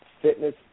fitness